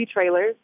trailers